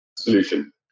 solution